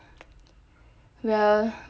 well